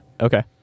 Okay